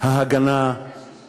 יש ממש זכות יוצרים.